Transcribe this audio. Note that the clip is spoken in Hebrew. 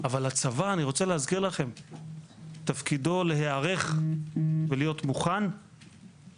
אבל אני רוצה להזכיר לכם שתפקידו של הצבא להיערך ולהיות מוכן למלחמה.